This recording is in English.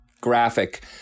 graphic